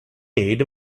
aid